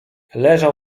leżał